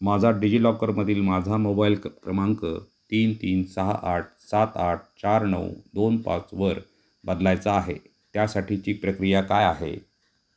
माझा डिजिलॉकरमधील माझा मोबाईल क्रमांक तीन तीन सहा आठ सात आठ चार नऊ दोन पाच वर बदलायचा आहे त्यासाठीची प्रक्रिया काय आहे